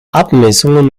abmessungen